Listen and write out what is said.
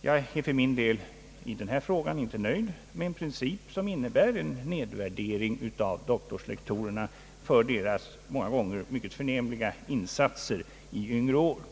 Jag är för min del i denna fråga inte nöjd med en princip som innebär en nedvärdering av doktorslektorerna för deras ofta mycket förnämliga insats i yngre år.